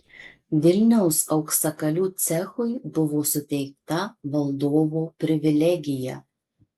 vilniaus auksakalių cechui buvo suteikta valdovo privilegija